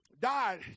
died